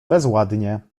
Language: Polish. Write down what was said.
bezładnie